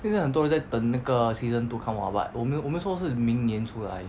现在很多人在等那个 season two come lah but 我没我没有错是明年出来